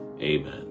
Amen